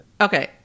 Okay